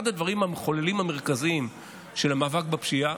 אחד המחוללים המרכזיים של המאבק בפשיעה